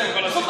זה כל הסיפור.